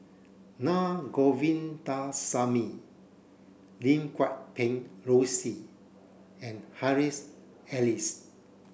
Na Govindasamy Lim Guat Kheng Rosie and Harry's Elias